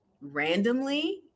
randomly